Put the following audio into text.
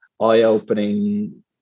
eye-opening